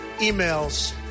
emails